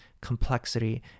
complexity